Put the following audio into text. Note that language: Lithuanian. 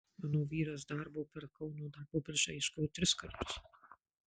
mano vyras darbo per kauno darbo biržą ieškojo tris kartus